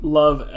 love